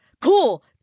cool